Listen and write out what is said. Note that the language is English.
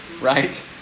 right